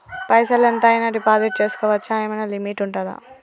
పైసల్ ఎంత అయినా డిపాజిట్ చేస్కోవచ్చా? ఏమైనా లిమిట్ ఉంటదా?